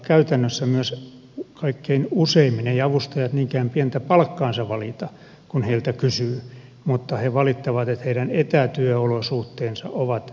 käytännössä myös on kaikkein useimmin niin että eivät avustajat niinkään pientä palkkaansa valita kun heiltä kysyy mutta he valittavat että heidän etätyöolosuhteensa ovat retuperällä